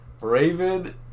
Raven